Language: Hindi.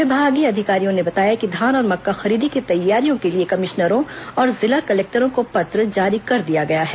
विभागीय अधिकारियों ने बताया कि धान और मक्का खरीदी की तैयारियों के लिए कमिश्नरों और जिला कलेक्टरों को पत्र जारी कर दिया गया है